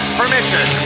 permission